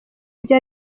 ibyo